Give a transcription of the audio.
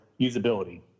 usability